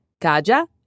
Kaja